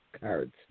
cards